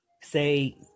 say –